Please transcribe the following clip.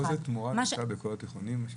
עוז לתמורה נמצא בכל התיכונים?